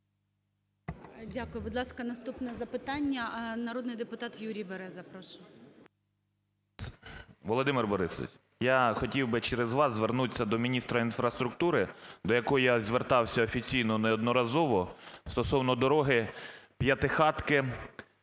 Дякую. Будь ласка, наступне запитання, народний депутат Юрій Береза, прошу. 10:57:59 БЕРЕЗА Ю.М. Володимир Борисович, я хотів би через вас звернутися до міністра інфраструктури, до якого я звертався офіційно неодноразово, стосовно дороги